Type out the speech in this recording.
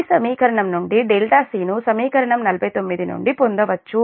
ఈ సమీకరణం నుండిc ను సమీకరణం 49 నుండి పొందవచ్చు